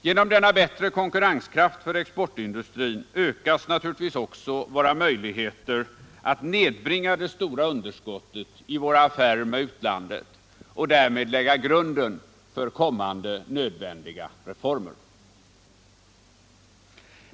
Genom denna bättre konkurrenskraft för exportindustrin ökas naturligtvis också våra möjligheter att nedbringa det stora underskottet i våra affärer med utlandet och därmed lägga grunden för kommande nödvändiga reformer.